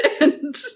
and-